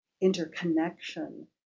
interconnection